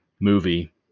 Movie